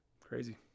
Crazy